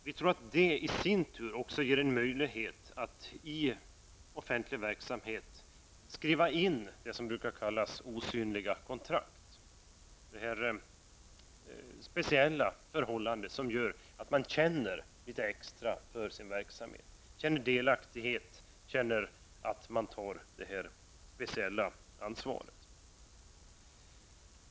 Vi tror att det i sin tur ger en möjlighet att i offentlig verksamhet skriva in det som brukar kallas osynliga kontrakt -- det speciella förhållande som gör att man känner litet extra för sin verksamhet, känner delaktighet och känner att man tar det här speciella ansvaret.